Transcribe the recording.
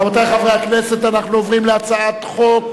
והצעת החוק,